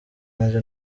ange